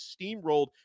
steamrolled